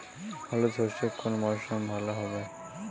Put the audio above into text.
হলুদ সর্ষে কোন মরশুমে ভালো হবে?